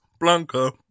Blanca